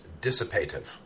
dissipative